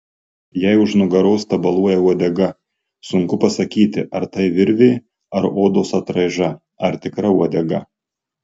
jai už nugaros tabaluoja uodega sunku pasakyti ar tai virvė ar odos atraiža ar tikra uodega